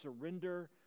surrender